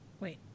wait